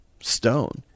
stone